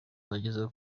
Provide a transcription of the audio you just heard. bageze